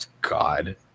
God